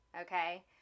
okay